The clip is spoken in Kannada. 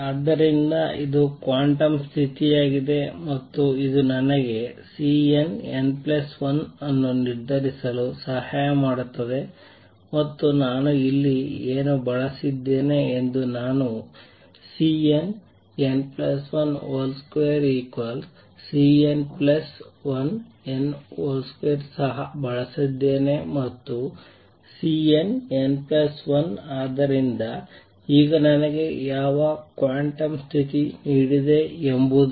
ಆದ್ದರಿಂದ ಇದು ಕ್ವಾಂಟಮ್ ಸ್ಥಿತಿಯಾಗಿದೆ ಮತ್ತು ಇದು ನನಗೆ Cnn1 ಅನ್ನು ನಿರ್ಧರಿಸಲು ಸಹಾಯ ಮಾಡುತ್ತದೆ ಮತ್ತು ನಾನು ಇಲ್ಲಿ ಏನು ಬಳಸಿದ್ದೇನೆ ಎಂದು ನಾನು Cnn12|Cn1n |2 ಸಹ ಬಳಸಿದ್ದೇನೆ ಮತ್ತು Cnn 1 ಆದ್ದರಿಂದ ಈಗ ನನಗೆ ಯಾವ ಕ್ವಾಂಟಮ್ ಸ್ಥಿತಿ ನೀಡಿದೆ ಎಂಬುದು